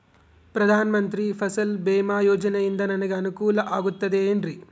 ಪ್ರಧಾನ ಮಂತ್ರಿ ಫಸಲ್ ಭೇಮಾ ಯೋಜನೆಯಿಂದ ನನಗೆ ಅನುಕೂಲ ಆಗುತ್ತದೆ ಎನ್ರಿ?